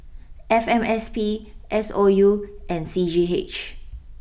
F M S P S O U and C G H